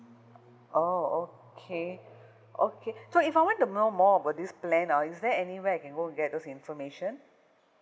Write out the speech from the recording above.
oh okay okay so if I want to know more about this plan lah is there any way I can go to get those information